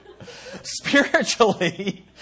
Spiritually